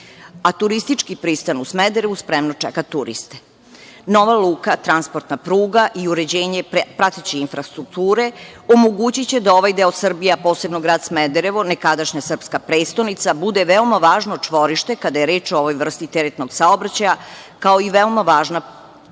a turistički pristan u Smederevu spremno čeka turiste. Nova luka, transportna pruga i uređenje prateće infrastrukture omogućiće da ovaj deo Srbije, a posebno grad Smederevo, nekadašnja srpska prestonica, bude veoma važno čvorište kada je reč o ovoj vrsti teretnog saobraćaja, kao i veoma važna i